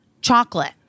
Chocolate